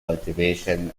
cultivation